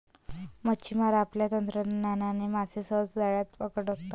मच्छिमार आपल्या तंत्रज्ञानाने मासे सहज जाळ्यात अडकवतात